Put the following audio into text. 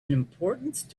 importance